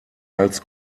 als